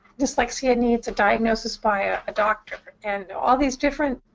dyslexia needs a diagnosis by ah a doctor. and all these different